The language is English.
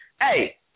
hey